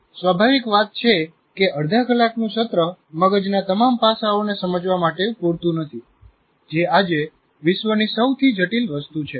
સ્વભાવિકવાત છે કે અડધા કલાકનું સત્ર મગજના તમામ પાસાઓને સમજવા માટે પૂરતું નથી જે આજે વિશ્વની સૌથી જટિલ વસ્તુ છે